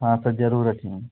हाँ सर ज़रूर रखूँ